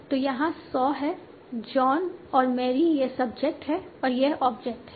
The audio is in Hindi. तो यहाँ सॉ है जॉन और मैरी यह सब्जेक्ट है और यह ऑब्जेक्ट है